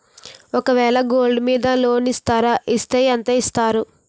ఒక వేల గోల్డ్ మీద లోన్ ఇస్తారా? ఇస్తే ఎంత ఇస్తారు?